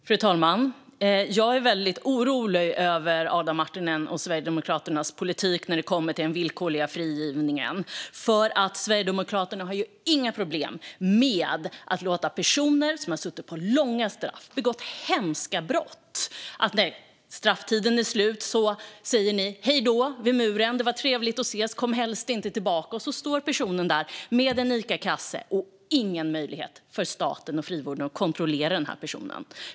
Fru talman! Jag är väldigt orolig över Adam Marttinens och Sverigedemokraternas politik när det gäller den villkorliga frigivningen. Sverigedemokraterna har ju inga problem med att säga hej då vid muren till personer som har suttit av långa straff och begått hemska brott. När strafftiden är slut säger ni: "Hej då! Det var trevligt att ses. Kom helst inte tillbaka." Där står personen med en Icakasse, och staten och frivården har ingen möjlighet att kontrollera den personen.